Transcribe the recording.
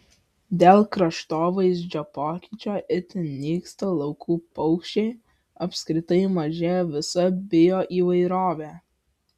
dėl kraštovaizdžio pokyčio itin nyksta laukų paukščiai apskritai mažėja visa bioįvairovė